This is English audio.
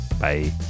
Bye